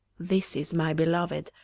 this is my beloved,